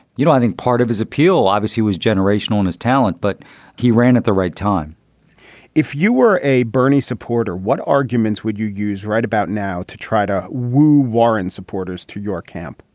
you know, i think part of his appeal obviously was generational and his talent, but he ran at the right time if you were a bernie supporter, what arguments would you use right about now to try to woo warren's supporters to your camp?